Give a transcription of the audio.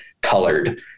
colored